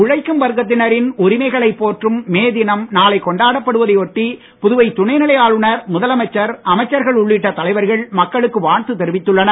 உழைக்கும் வர்க்கத்தினரின் உரிமைகளைப் போற்றும் மே தினம் நாளை கொண்டாடப்படுவதை ஒட்டி புதுவை துணைநிலை ஆளுநர் முதலமைச்சர் அமைச்சர்கள் உள்ளிட்ட தலைவர்கள் மக்களுக்கு வாழ்த்து தெரிவித்துள்ளனர்